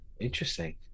Interesting